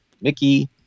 Mickey